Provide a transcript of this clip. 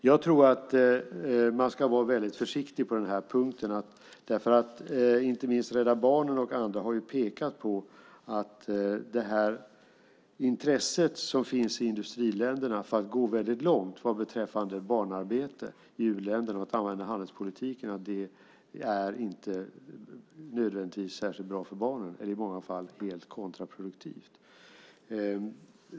Jag tror att man ska vara väldigt försiktig på den punkten. Rädda Barnen och andra har pekat på att det intresse som finns i industriländerna för att gå väldigt långt beträffande barnarbete i u-länderna och använda handelspolitiken inte nödvändigtvis är särskilt bra för barnen, och i många fall är det helt kontraproduktivt.